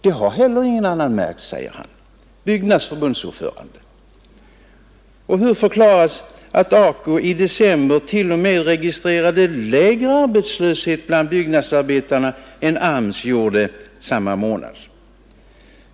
Det har heller ingen annan märkt, säger Byggnads förbundsordförande. Och hur förklaras att AKU i december t.o.m. registrerade lägre arbetslöshet bland byggnadsarbetarna än AMS gjorde samma månad?